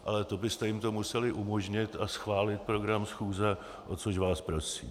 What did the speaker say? Ale to byste jim to museli umožnit a schválit program schůze, o což vás prosím.